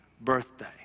birthday